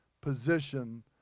position